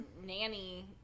nanny